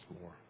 more